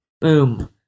Boom